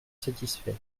satisfait